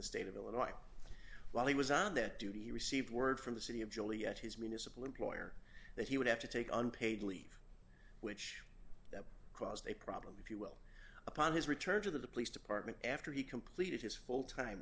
state of illinois while he was on that duty he received word from the city of joliet his municipal employer that he would have to take unpaid leave which that caused a problem if you will upon his return to the police department after he completed his full time